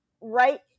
right